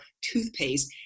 toothpaste